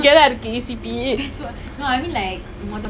but then like there was cats there and so I got scared lah